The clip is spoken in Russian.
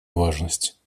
важность